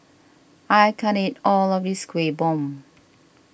I can't eat all of this Kueh Bom